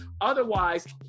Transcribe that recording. otherwise